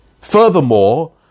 Furthermore